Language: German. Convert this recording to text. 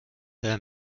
hör